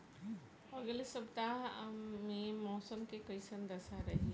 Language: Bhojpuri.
अलगे सपतआह में मौसम के कइसन दशा रही?